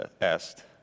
asked